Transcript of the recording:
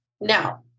Now